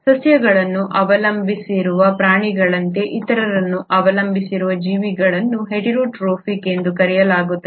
ಸಸ್ಯಗಳನ್ನು ಅವಲಂಬಿಸಿರುವ ಪ್ರಾಣಿಗಳಂತೆ ಇತರರನ್ನು ಅವಲಂಬಿಸಿರುವ ಜೀವಿಗಳನ್ನು ಹೆಟೆರೊಟ್ರೋಫಿಕ್ ಎಂದು ಕರೆಯಲಾಗುತ್ತದೆ